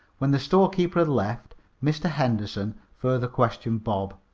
when the storekeeper had left mr. henderson further questioned bob,